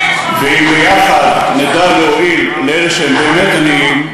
ויחד נדע להועיל לאלה שהם באמת עניים,